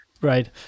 right